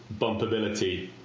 bumpability